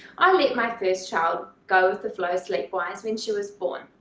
i let my first child go with the flow sleep-wise when she was born,